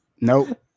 Nope